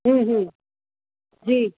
हम्म हम्म जी